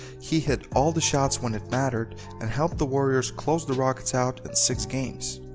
he hit all the shots when it mattered and helped the warriors close the rockets out in six games.